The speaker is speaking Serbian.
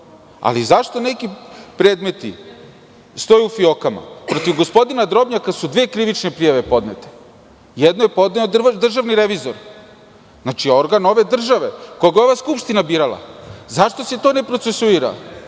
ali zašto neki predmeti stoje u fijokama? Protiv gospodina Drobnjaka su dve krivične prijave podnete. Jednu je podneo Državni revizor, organ ove države, koga je ova Skupština birala. Zašto se to ne procesuira?